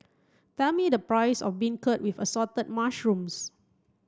tell me the price of beancurd with assorted mushrooms